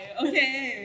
okay